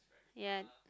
yup